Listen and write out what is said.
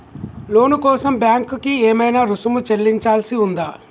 లోను కోసం బ్యాంక్ కి ఏమైనా రుసుము చెల్లించాల్సి ఉందా?